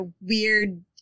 weird